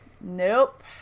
Nope